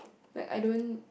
like I don't